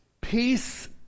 peace